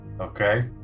okay